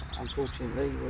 Unfortunately